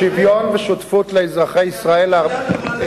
שוויון ושותפות לאזרחי ישראל הערבים.